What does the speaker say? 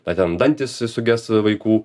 na ten dantys suges vaikų